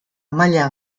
maila